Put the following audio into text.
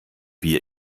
wir